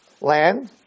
land